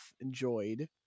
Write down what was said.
enjoyed